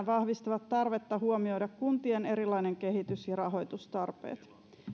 vahvistavat entisestään tarvetta huomioida kuntien erilainen kehitys ja rahoitustarpeet